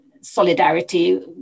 solidarity